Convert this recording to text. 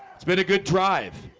it's been a good drive